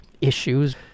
issues